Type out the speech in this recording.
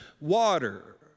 water